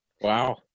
Wow